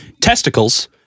testicles